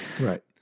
Right